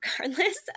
regardless